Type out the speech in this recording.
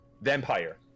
Vampire